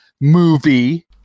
movie